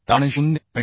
ताण 0